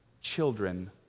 children